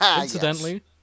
Incidentally